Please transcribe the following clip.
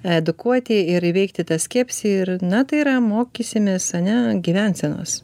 edukuoti ir įveikti tą skepsį ir na tai yra mokysimės ane gyvensenos